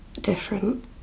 different